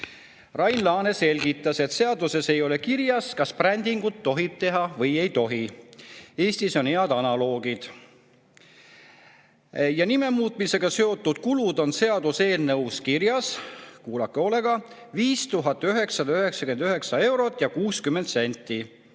Rain Laane selgitas, et seaduses ei ole kirjas, kas brändingut tohib teha või ei tohi. Eestis on head analoogid. Ja nime muutmisega seotud kulud on seaduseelnõus kirjas. Kuulake hoolega: 5999 eurot